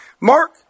Mark